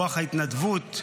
רוח ההתנדבות,